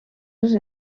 les